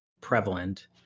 prevalent